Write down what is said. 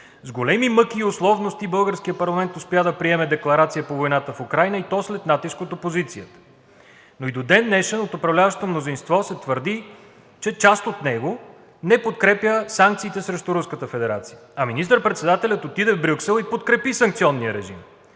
С големи мъки и условности българският парламент успя да приеме декларация за войната в Украйна, и то след натиск от опозицията. Но и до ден днешен от управляващото мнозинство се твърди, че част от него не подкрепя санкциите срещу Руската федерация. А министър-председателят отиде в Брюксел и подкрепи санкционния режим,